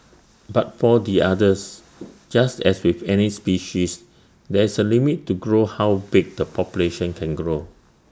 but for the otters just as with any species there is A limit to grow how big the population can grow